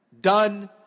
Done